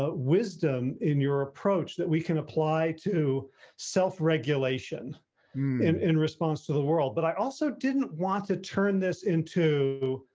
ah wisdom in your approach that we can apply to self regulation in in response to the world. but i also didn't want to turn this into,